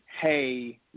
Hey